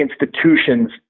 institutions